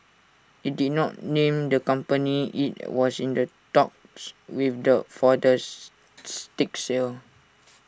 IT did not name the company IT was in the talks with the for the stake sale